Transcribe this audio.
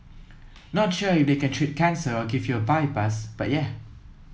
not sure if they can treat cancer or give you a bypass but yeah